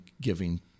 giving